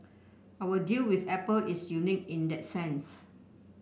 our deal with Apple is unique in that sense